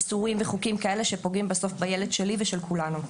איסורים וחוקים שפוגעים בסוף בילד שלי ושל כולנו.